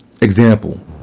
example